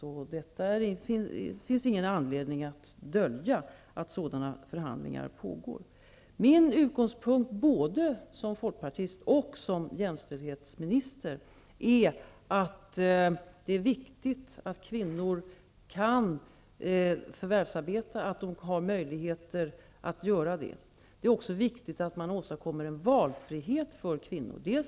Det finns ingen anledning att dölja att sådana förhandlingar pågår. Utgångspunkten för mig både som folkpartist och som jämställdhetsminister är att det är viktigt att kvinnor har möjligheter att förvärvsarbeta. Det är också viktigt att åstadkomma valfrihet för kvinnor.